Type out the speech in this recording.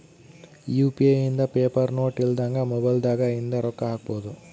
UPI ಇಂದ paper note ಇಲ್ದಂಗ mobile ದಾಗ ಇಂದ ರೊಕ್ಕ ಹಕ್ಬೊದು